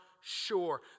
sure